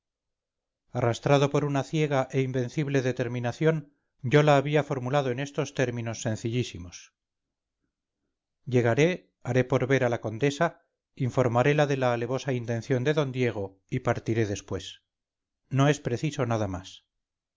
arrastrado por una ciega e invencible determinación yo la había formulado en estos términos sencillísimos llegaré haré por ver a la condesa informarela de la alevosa intención de d diego y partiré después no es preciso nada más